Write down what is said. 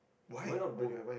why not both